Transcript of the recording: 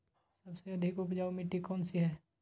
सबसे अधिक उपजाऊ मिट्टी कौन सी हैं?